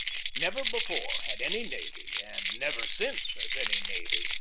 never before had any navy, and never since has any navy,